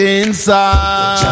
inside